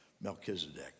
Melchizedek